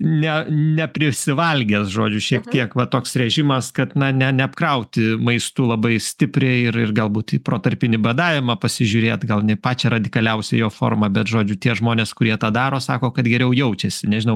ne neprisivalgęs žodžiu šiek tiek va toks režimas kad na ne neapkrauti maistu labai stipriai ir ir galbūt į protarpinį badavimą pasižiūrėt gal ne į pačią radikaliausią jo formą bet žodžiu tie žmonės kurie tą daro sako kad geriau jaučiasi nežinau